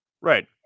Right